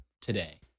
today